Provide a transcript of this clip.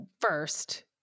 first